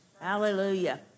hallelujah